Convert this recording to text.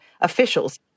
officials